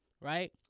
Right